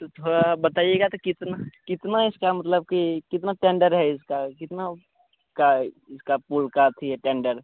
तो थोड़ा बताइएगा तो कितना कितना इसका मतलब कि कितने टेंडर हैं इसका कितने का इसका पुल का अथी है टेंडर